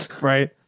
Right